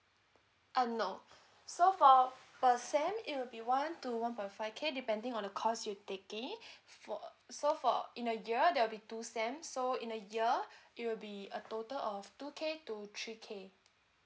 uh no so for per sem it will be one to one point five K depending on the course you taking for so for in a year there will be two sem so in a year it will be a total of two K to three K